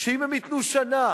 שאם הם ייתנו שנה-שנתיים